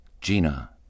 Gina